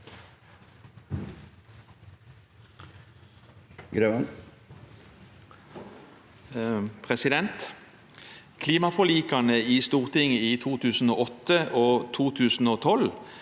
Klimaforli- kene i Stortinget i 2008 og 2012